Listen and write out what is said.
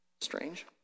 Strange